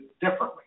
differently